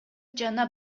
жана